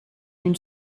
une